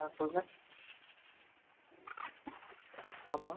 ஆ சொல்லுங்கள் ஆமாம்